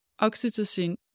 oxytocin